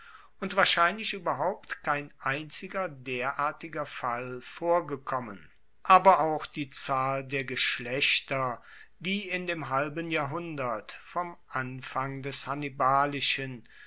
und wahrscheinlich ueberhaupt kein einziger derartiger fall vorgekommen aber auch die zahl der geschlechter die in dem halben jahrhundert vom anfang des